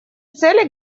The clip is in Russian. цели